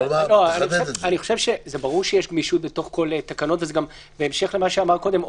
זה ברור שיש גמישות בתוך כל תקנות ובהמשך למה שאמר קודם אורי,